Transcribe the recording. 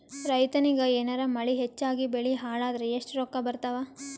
ರೈತನಿಗ ಏನಾರ ಮಳಿ ಹೆಚ್ಚಾಗಿಬೆಳಿ ಹಾಳಾದರ ಎಷ್ಟುರೊಕ್ಕಾ ಬರತ್ತಾವ?